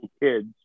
kids